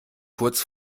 kurz